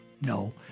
No